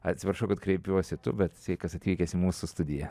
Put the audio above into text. atsiprašau kad kreipiuosi tu bet sveikas atvykęs į mūsų studiją